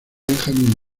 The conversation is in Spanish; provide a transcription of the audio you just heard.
benjamin